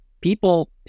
people